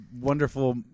wonderful